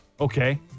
Okay